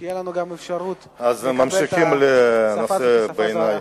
שתהיה לנו גם אפשרות לקבל את השפה הזאת כשפה זרה,